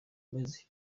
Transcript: amezi